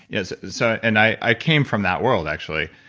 yeah so so and i came from that world, actually,